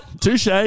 Touche